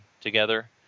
together